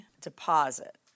deposit